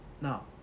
Now